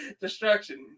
Destruction